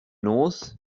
north